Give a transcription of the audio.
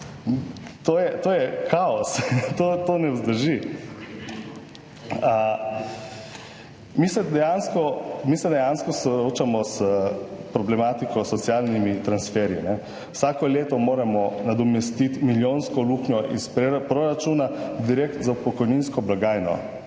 To je kaos, to ne vzdrži. / smeh/ Mi se dejansko soočamo s problematiko, s socialnimi transferji, vsako leto moramo nadomestiti milijonsko luknjo iz proračuna direktno za pokojninsko blagajno.